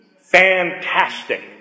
Fantastic